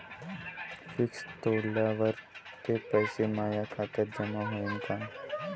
Fix तोडल्यावर ते पैसे माया खात्यात जमा होईनं का?